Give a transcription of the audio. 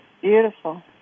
Beautiful